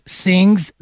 sings